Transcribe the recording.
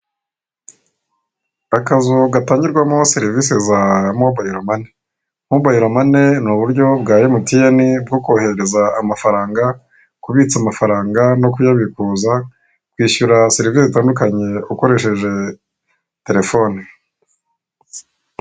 Akazu gatangirwamo serivise za mobayiro mane, mobayiro mane ni uburyo bwa emutiyene bwo kohereza amafaranga, kubitsa amafaranga no kuyabikuza, kwishyura serivise zitandukanye ukoresheje telefone.